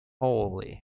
Holy